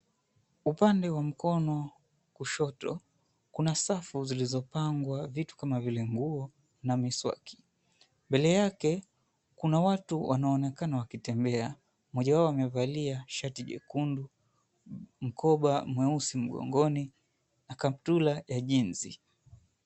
Upande wa mkono kushoto kuna safu zilizopangwa vitu kama vile nguo na miswaki, mbele yake kuna watu wanonekana wakitembea mmoja wao wamevalia shati jekundu, mkoba mweusi mgongoni na kaptura ya jeans .